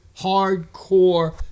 hardcore